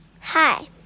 Hi